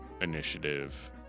initiative